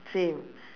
same